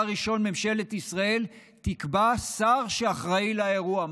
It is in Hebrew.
ראשון ממשלת ישראל תקבע שר שאחראי לאירוע.